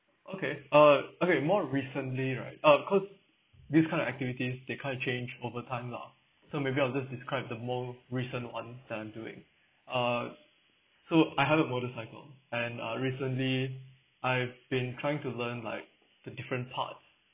okay uh okay more recently right uh cause these kinds of activities they kind of change over time lah so maybe I'll just describe the most recent one that I'm doing uh so I have a motorcycle and uh recently I've been trying to learn like the different parts